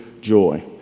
joy